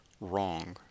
wrong